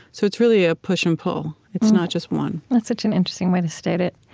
so it's really a push and pull. it's not just one that's such an interesting way to state it.